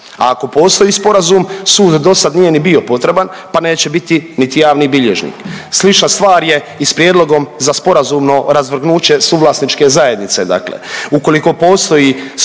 a ako postoji sporazum sud dosad ni nije bio potreban, pa neće biti niti javni bilježnik. Slična stvar je i prijedlogom za sporazumno razvrgnuće suvlasničke zajednice.